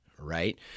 right